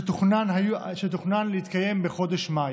שתוכנן להתקיים בחודש מאי.